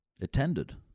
attended